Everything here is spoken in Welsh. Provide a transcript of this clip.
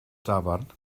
dafarn